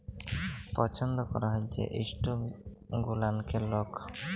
পছল্দ ক্যরা হ্যয় যে ইস্টক গুলানকে লক